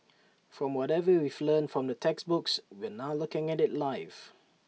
from whatever we've learnt from the textbooks we're now looking at IT live